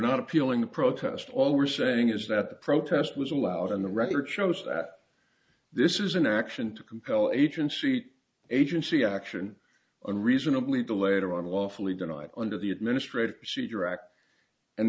not appealing to protest all we're saying is that the protest was allowed in the record shows that this is an action to compel agency to agency action unreasonably to later on lawfully denied under the administrati